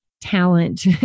talent